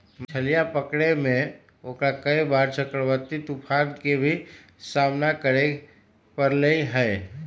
मछलीया पकड़े में ओकरा कई बार चक्रवाती तूफान के भी सामना करे पड़ले है